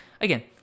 again